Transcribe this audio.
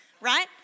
right